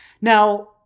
Now